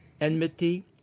enmity